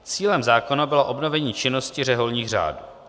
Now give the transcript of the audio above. Cílem zákona bylo obnovení činnosti řeholních řádů.